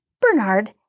Bernard